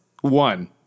one